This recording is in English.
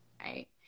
right